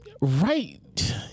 right